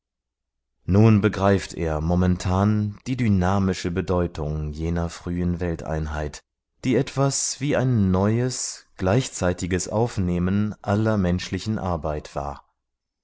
nun begreift er momentan die dynamische bedeutung jener frühen welteinheit die etwas wie ein neues gleichzeitiges aufnehmen aller menschlichen arbeit war